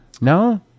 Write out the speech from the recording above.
No